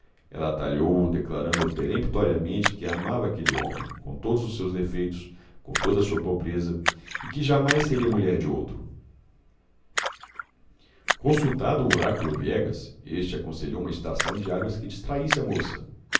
ela atalhou-o declarando peremptoriamente que amava aquele homem com todos os seus defeitos com toda a sua pobreza e que jamais seria mulher de outro consultado o oráculo viegas este aconselhou uma estação de águas que distraísse a moça